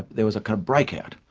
there was a kind of breakout.